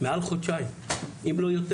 לקח מעל חודשיים, אם לא יותר,